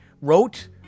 wrote